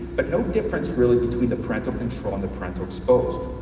but no difference really between the parental control and the parental exposed.